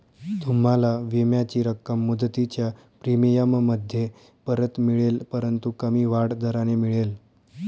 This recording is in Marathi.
तुम्हाला विम्याची रक्कम मुदतीच्या प्रीमियममध्ये परत मिळेल परंतु कमी वाढ दराने मिळेल